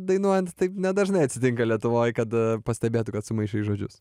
dainuojant taip nedažnai atsitinka lietuvoj kad pastebėtų kad sumaišai žodžius